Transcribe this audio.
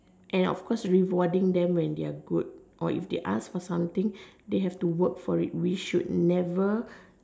and of course rewarding them when they are good or if they ask for something they have to work for it we should never